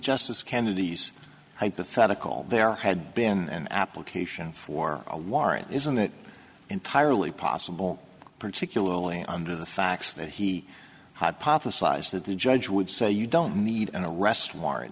justice kennedy's hypothetical there had been an application for a warrant isn't it entirely possible particularly under the facts that he had publicized that the judge would say you don't need an arrest warrant